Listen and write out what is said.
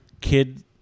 kid